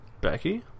Becky